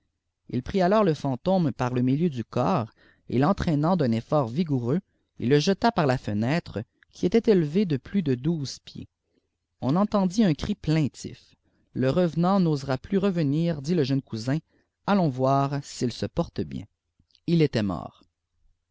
h prit alors le fantôme par le milieu du corps et l'entraînant d'un effort vigoureux il le jeta par la fenêtre qui était élevée de plus de douze pieds on entendit un cri plaintif le revenant n'osera plus revenir dit le jeune cousin allons voir s'il se porte bien il était mort